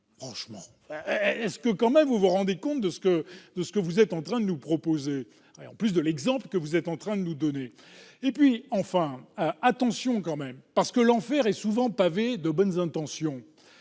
Franchement, est-ce que vous vous rendez compte de ce que vous êtes en train de nous proposer, en plus de l'exemple que vous êtes en train de nous donner ? Nous devons donc être prudents, parce que l'enfer est souvent pavé de bonnes intentions.